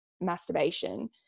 masturbation